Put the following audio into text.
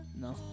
No